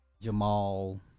Jamal